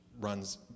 runs